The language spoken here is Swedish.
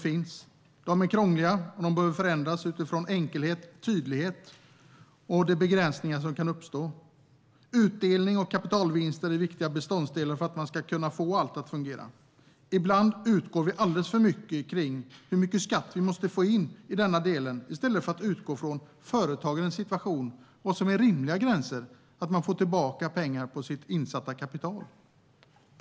De är krångliga och behöver förändras utifrån enkelhet, tydlighet och de begränsningar som kan uppstå. Utdelning och kapitalvinster är viktiga beståndsdelar för att man ska få allt att fungera. Ibland utgår vi alldeles för mycket från hur mycket skatt vi måste få in i den här delen i stället för att utgå från företagarens situation och vad som är rimliga gränser när det gäller att få tillbaka pengar på sitt insatta kapital.